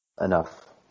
Enough